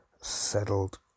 settled